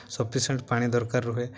sufficient ପାଣି ଦରକାର ହୁଏ